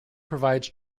provides